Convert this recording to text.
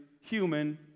human